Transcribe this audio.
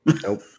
Nope